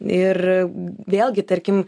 ir vėlgi tarkim